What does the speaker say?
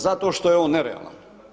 Zato što je on nerealan.